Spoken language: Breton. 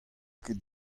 ket